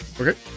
okay